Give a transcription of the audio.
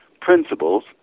principles